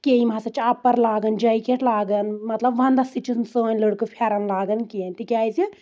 کینٛہہ یِم ہسا چھِ اَپَر لاگان جیکیٚٹ لاگان مطلب وَندس تہِ چھنہٕ سٲنۍ لڑکہٕ پھؠرن لاگان کینٛہہ تِکیازِ